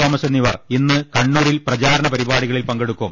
Thomas എന്നിവർ ഇന്ന് കണ്ണൂരിൽ പ്രചാരണ പരിപാടികളിൽ പങ്കെടുക്കും